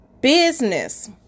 business